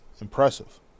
impressive